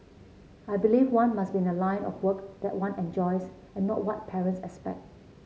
I believe one must be in a line of work that one enjoys and not what parents expect